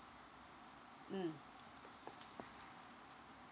mm